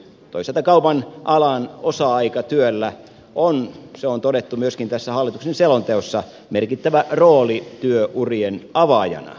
toisaalta kaupan alan osa aikatyöllä on se on todettu myöskin tässä hallituksen selonteossa merkittävä rooli työurien avaajana